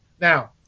Now